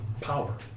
power